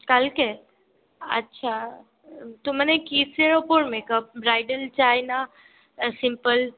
কালকে আচ্ছা তো মানে কিসের উপর মেকাপ ব্রাইডাল চাই না সিম্পল